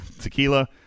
Tequila